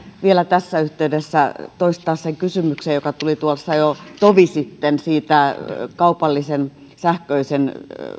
vielä tässä yhteydessä toistaa sen kysymyksen joka tuli tuossa jo tovi sitten siitä kaupallisen sähköisen